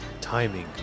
Timing